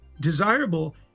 desirable